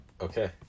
Okay